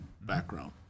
background